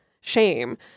shame